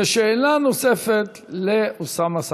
ושאלה נוספת לאוסאמה סעדי.